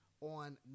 on